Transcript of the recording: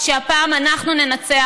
שהפעם אנחנו ננצח,